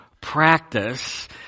practice